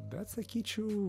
bet sakyčiau